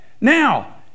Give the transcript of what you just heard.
Now